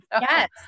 Yes